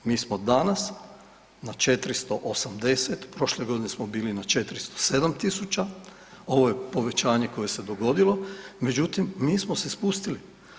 Mi smo danas na 480, prošle godine smo bili na 407.000, ovo je povećanje koje se dogodilo, međutim mi smo se spustili.